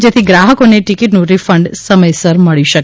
જેથી ગ્રાહકોને ટિકિટનું રિફંડ સમયસર મળી શકે